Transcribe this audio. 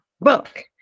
book